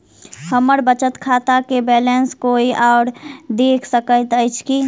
हम्मर बचत खाता केँ बैलेंस कोय आओर देख सकैत अछि की